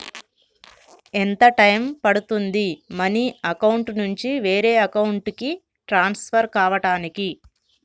ఎంత టైం పడుతుంది money account నుంచి వేరే అకౌంట్ కి ట్రాన్స్ఫర్ కావటానికి?